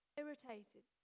irritated